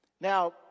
Now